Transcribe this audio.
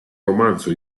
romanzo